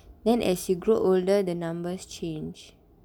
then as you grow older the numbers change